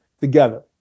together